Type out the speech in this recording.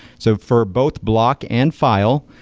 so for both block and file,